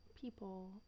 people